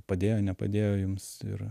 padėjo nepadėjo jums ir